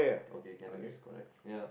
okay candle is correct ya